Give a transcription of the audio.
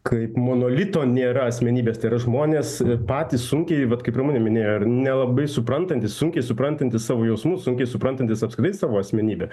kaip monolito nėra asmenybės tai yra žmonės patys sunkiai vat kaip ramunė minėjo ir nelabai suprantantys sunkiai suprantantys savo jausmus sunkiai suprantantys apskritai savo asmenybę